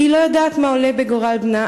והיא לא יודעת מה עולה בגורל בנה.